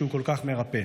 שהוא כל כך מרפא.